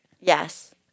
Yes